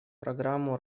программу